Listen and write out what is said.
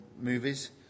movies